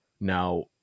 now